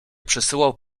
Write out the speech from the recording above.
przysyłał